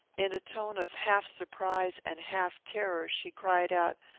in a tone of half surprise and half terror, she cried out,